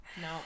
No